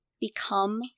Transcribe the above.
become